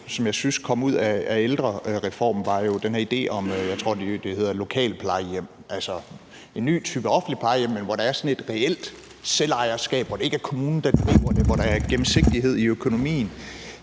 som jeg synes kom ud af ældrereformen, var jo den her idé om det, jeg i øvrigt tror hedder et lokalplejehjem, altså en ny type offentligt plejehjem, men hvor der er sådan et reelt selvejerskab, og hvor det ikke er kommunen, der driver det, og hvor der er gennemsigtighed i økonomien.